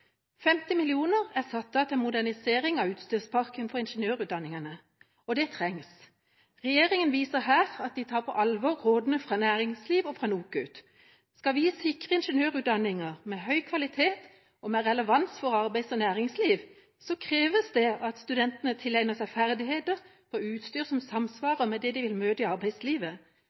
50 mill. kr er satt av til modernisering av utstyrsparken for ingeniørutdanningene, og det trengs. Regjeringa viser her at den tar på alvor rådene fra næringsliv og NOKUT. Skal vi sikre en ingeniørutdanning med høy kvalitet og med relevans for arbeids- og næringsliv, kreves det at studentene tilegner seg ferdigheter på utstyr som samsvarer med det de vil møte i arbeidslivet.